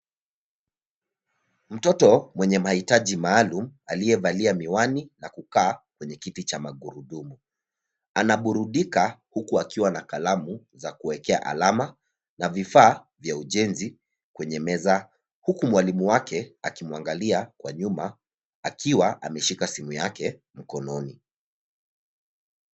Mtoto mwenye maitaji maalum aliyevalia miwani na kukaa kwenye kiti cha magurudumu. Anaburundika huku akiwa na kalamu zakuekea alama na vifaa vya ujenzi kwenye meza. Huku mwalimu wake akimwangalia kwa nyuma akiwa ameshika simu yake mkononi.